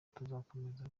tuzakomeza